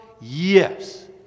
Yes